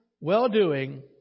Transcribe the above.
well-doing